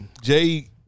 Jay